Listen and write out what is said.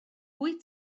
wyt